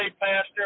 Pastor